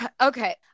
Okay